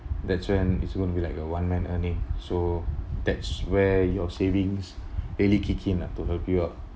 that's when is going to be like a one man earning so that's where your savings really kicks in ah to help you up